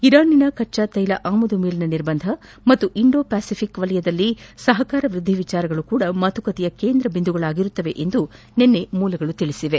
ಇರಾನಿನ ಕಚ್ಚಾ ತ್ನೆಲ ಆಮದು ಮೇಲಿನ ನಿರ್ಬಂಧ ಹಾಗೂ ಇಂಡೋ ಫೆಸಿಪಿಕ್ ವಲಯದಲ್ಲಿ ಸಹಕಾರ ವೃದ್ದಿ ವಿಷಯಗಳು ಸಹ ಮಾತುಕತೆಯ ಕೇಂದ್ರ ಬಿಂದುಗಳಾಗಿರುತ್ತವೆ ಎಂದು ನಿನ್ನೆ ಮೂಲಗಳು ತಿಳಿಸಿವೆ